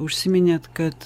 užsiminėt kad